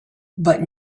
but